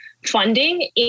Funding